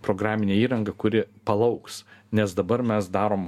programinė įranga kuri palauks nes dabar mes darom